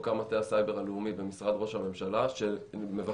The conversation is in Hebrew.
בשנה זו הוקם מטה הסייבר הלאומי במשרד ראש הממשלה שמבקש